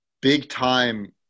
big-time